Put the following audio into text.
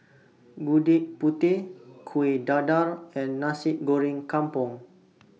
Gudeg Putih Kueh Dadar and Nasi Goreng Kampung